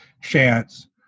chance